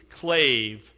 clave